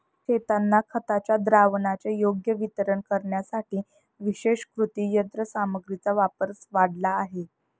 शेतांना खताच्या द्रावणाचे योग्य वितरण करण्यासाठी विशेष कृषी यंत्रसामग्रीचा वापर वाढला आहे